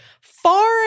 far